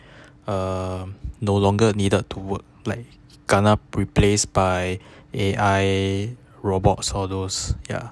are no longer needed to work like kena replaced by A_I robots all those ya